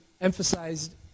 emphasized